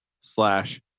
slash